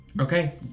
Okay